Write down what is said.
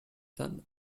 son